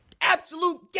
absolute